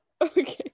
Okay